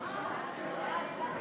בעד.